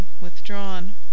withdrawn